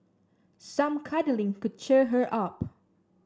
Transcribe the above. some cuddling could cheer her up